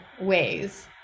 ways